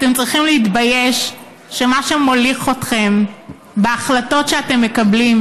אתם צריכים להתבייש שמה שמוליך אתכם בהחלטות שאתם מקבלים,